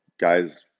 guys